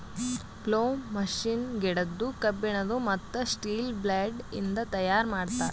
plough machine ಗಿಡದ್ದು, ಕಬ್ಬಿಣದು, ಮತ್ತ್ ಸ್ಟೀಲ ಬ್ಲೇಡ್ ಇಂದ ತೈಯಾರ್ ಮಾಡ್ತರ್